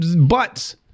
butts